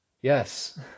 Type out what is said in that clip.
Yes